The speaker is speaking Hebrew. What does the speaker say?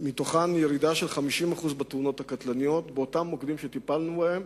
מהם ירידה של 50% במספר התאונות הקטלניות במוקדים שטיפלנו בהם.